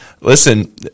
listen